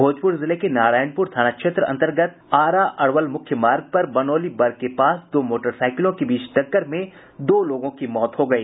भोजपुर जिले के नारायणपुर थाना क्षेत्र अन्तर्गत आरा अरवल मुख्य मार्ग पर बनौली बर के पास दो मोटरसाइकिलों के बीच टक्कर में दो लोगों की मौत की मौत हो गई